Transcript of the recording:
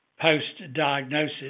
post-diagnosis